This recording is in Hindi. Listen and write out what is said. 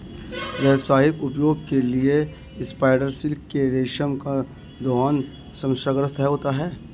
व्यावसायिक उपयोग के लिए स्पाइडर सिल्क के रेशम का दोहन समस्याग्रस्त है